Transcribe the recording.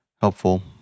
helpful